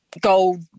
gold